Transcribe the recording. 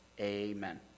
Amen